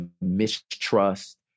mistrust